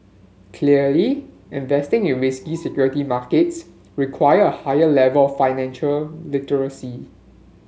clearly investing in risky security markets require a higher level of financial literacy